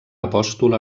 apòstol